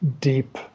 deep